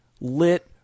lit